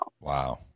Wow